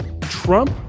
Trump